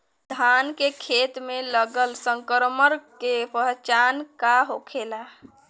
धान के खेत मे लगल संक्रमण के पहचान का होखेला?